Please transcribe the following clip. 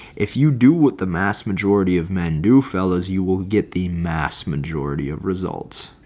if you do what the mass majority of men do, fellas, you will get the mass majority of results.